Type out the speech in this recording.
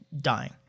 dying